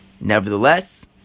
Nevertheless